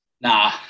nah